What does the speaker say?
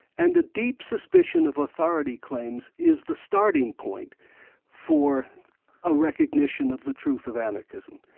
and a deep suspicion of authority claims is the starting point for a recognition of the truth of anarchism.